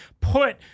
put